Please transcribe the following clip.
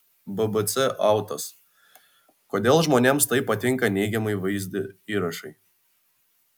bbc autos kodėl žmonėms taip patinka neigiamai vaizdi įrašai